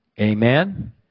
amen